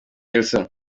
elsa